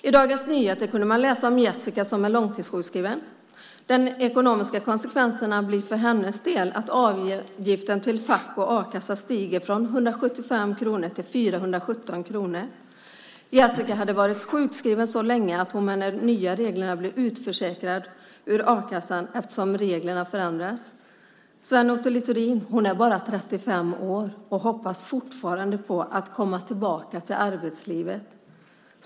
I Dagens Nyheter kunde man läsa om Jessica som är långtidssjukskriven. Den ekonomiska konsekvensen för hennes del blir att avgiften till fack och a-kassa stiger från 175 kronor till 417 kronor. Jessica hade varit sjukskriven så länge att hon med de nya reglerna blir utförsäkrad ur a-kassan. Hon är bara 35 år och hoppas fortfarande på att komma tillbaka till arbetslivet.